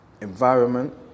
environment